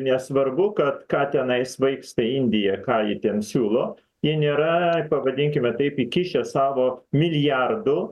nesvarbu kad ką tenais vaiks ta indija ką ji ten siūlo ji nėra pavadinkime taip įkišę savo milijardų